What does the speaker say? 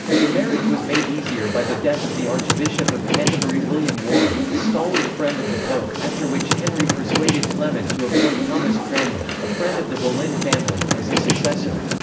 the marriage was made easier by the death of the archbishop of canterbury william warham, a stalwart friend of the pope, after which henry persuaded clement to appoint thomas cranmer, a friend of the boleyn family, as his successor.